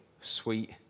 sweet